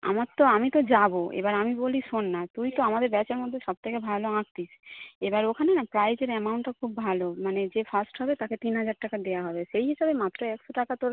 আমার তো আমি তো যাবো এবার আমি বলি শোন না তুই তো আমাদের ব্যাচের মধ্যে সব থেকে ভালো আঁকতিস এবার ওখানে না প্রাইজের অ্যামাউন্টও খুব ভালো মানে যে ফাস্ট হবে তাকে তিন হাজার টাকা দেওয়া হবে সেই হিসাবে মাত্র একশো টাকা তোর